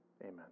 Amen